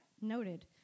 noted